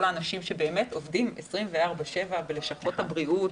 האנשים שבאמת עובדים 24/7 בלשכות הבריאות,